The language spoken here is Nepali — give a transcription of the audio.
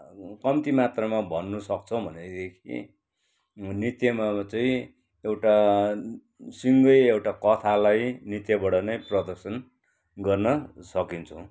कम्ती मात्रामा भन्नु सक्छौँ भनेदेखि नृत्यमा चाहिँ एउटा सिङ्गै एउटा कथालाई नृत्यबाट नै प्रदर्शन गर्न सकिन्छौँ